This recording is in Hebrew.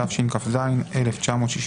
התשכ"ז 1967,